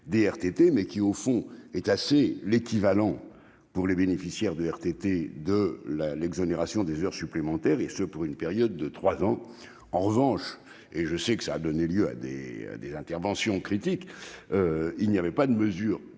en monétaire des RTT- l'équivalent pour les bénéficiaires de RTT de l'exonération des heures supplémentaires -, et cela pour une période de trois ans. En revanche, et je sais que cela a donné lieu à des interventions critiques, il n'a pas été prévu de mesures